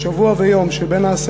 בשבוע ויום שבין 10